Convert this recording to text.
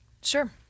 sure